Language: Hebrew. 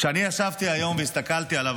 כשאני ישבתי היום והסתכלתי עליו,